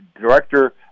director